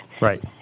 Right